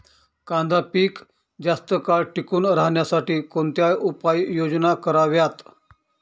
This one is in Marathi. कांदा पीक जास्त काळ टिकून राहण्यासाठी कोणत्या उपाययोजना कराव्यात?